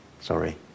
sorry